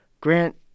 Grant